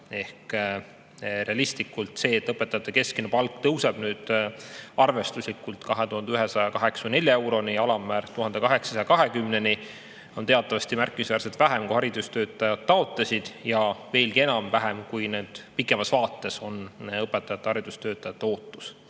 ehk realistlikult see, et õpetajate keskmine palk tõuseb arvestuslikult 2184 euroni, alammäär 1820‑ni, on teatavasti märkimisväärselt vähem, kui haridustöötajad taotlesid, ja veelgi enam – vähem, kui pikemas vaates on õpetajate, haridustöötajate ootus.